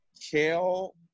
kale